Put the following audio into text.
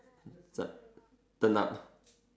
turn up